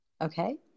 Okay